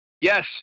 yes